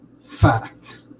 fact